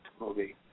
movie